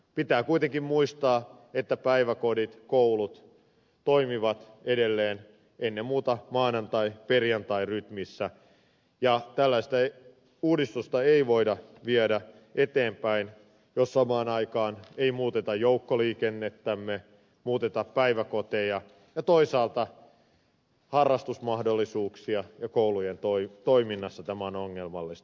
pitää kuitenkin muistaa että päiväkodit ja koulut toimivat edelleen ennen muuta maanantaiperjantai rytmissä ja tällaista uudistusta ei voida viedä eteenpäin jos samaan aikaan ei muuteta joukkoliikennettämme muuteta päiväkoteja ja toisaalta harrastusmahdollisuuksissa ja koulujen toiminnassa tämä on ongelmallista